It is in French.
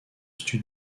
stud